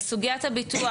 לסוגיית הביטוח,